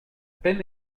peine